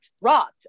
robbed